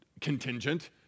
contingent